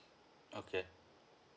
okay